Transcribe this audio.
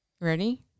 ready